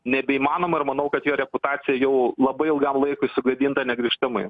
nebeįmanoma ir manau kad jo reputacija jau labai ilgam laikui sugadinta negrįžtamai